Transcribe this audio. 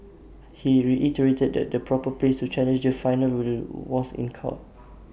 he reiterated that the proper place to challenge the final will was in court